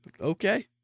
Okay